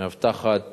ומאבטחת